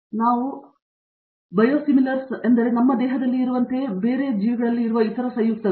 ಆದ್ದರಿಂದ ಬಯೋಸಿಮಿಲರ್ಸ್ ಎಂದರೆ ನಮ್ಮ ದೇಹದಲ್ಲಿ ನಮಗೆ ಇರುವಂತೆಯೇ ಇರುವ ಸಂಯುಕ್ತಗಳು